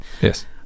Yes